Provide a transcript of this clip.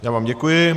Já vám děkuji.